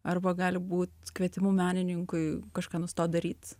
arba gali būti kvietimu menininkui kažką nustot daryt